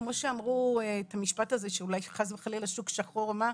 כמו שאמרו את המשפט הזה שאולי חס וחלילה 'שוק שחור' או מה,